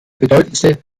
bedeutendste